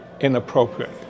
inappropriate